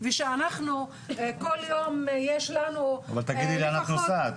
ושאנחנו כל יום יש לנו --- אבל תגידי לאן את נוסעת.